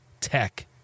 tech